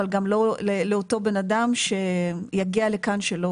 אבל גם לא לאותו בן אדם שיגיע לכאן שלא